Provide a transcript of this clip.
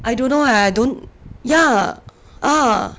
I don't know ah I don't ya